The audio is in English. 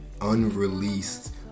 unreleased